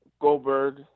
goldberg